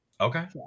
Okay